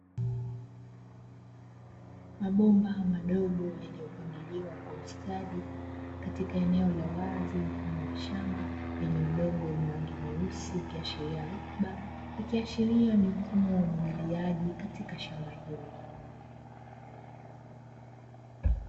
Mabomba madogo yaliyopangiliwa kwa ustadi, katika eneo la wazi mfano wa shamba lenye udongo wa rangi ya nyeusi ukiashiria rutuba, ikiashiria ni mfumo wa umwagiliaji katika shamba hilo.